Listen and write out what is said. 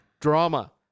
drama